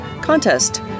contest